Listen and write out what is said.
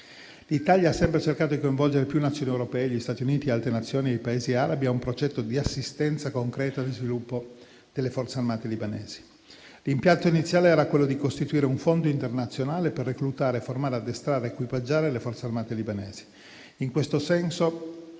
L'Italia ha sempre cercato di coinvolgere più Nazioni europee, gli Stati Uniti, altre Nazioni e i Paesi arabi in un progetto di assistenza concreta allo sviluppo delle forze armate libanesi. L'impianto iniziale era quello di costituire un fondo internazionale per reclutare, formare, addestrare ed equipaggiare le forze armate libanesi. In questo senso,